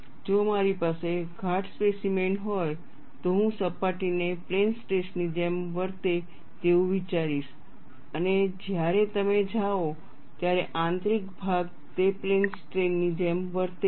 જો મારી પાસે ગાઢ સ્પેસીમેન હોય તો હું સપાટીને પ્લેન સ્ટ્રેસ ની જેમ વર્તે તેવું વિચારીશ અને જ્યારે તમે જાઓ ત્યારે આંતરિક ભાગ તે પ્લેન સ્ટ્રેઈન ની જેમ વર્તે છે